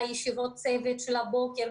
בישיבות הצוות של הבוקר,